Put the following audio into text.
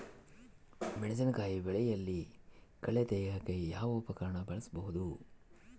ಮೆಣಸಿನಕಾಯಿ ಬೆಳೆಯಲ್ಲಿ ಕಳೆ ತೆಗಿಯಾಕ ಯಾವ ಉಪಕರಣ ಬಳಸಬಹುದು?